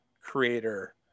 creator